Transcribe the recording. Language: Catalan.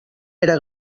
era